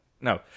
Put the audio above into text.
No